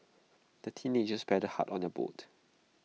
the teenagers paddled hard on their boat